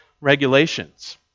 regulations